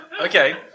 Okay